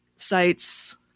sites